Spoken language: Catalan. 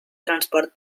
transport